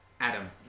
Adam